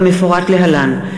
כמפורט להלן: